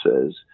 says